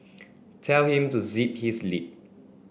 tell him to zip his lip